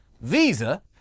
Visa